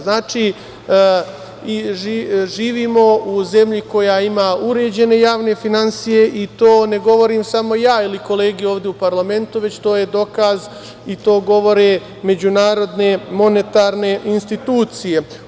Znači, živimo u zemlji koja ima uređene javne finansije i to ne govorim samo ja ili kolege ovde u parlamentu, već je to dokaz i to govore međunarodne monetarne institucije.